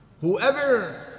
Whoever